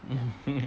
mmhmm mmhmm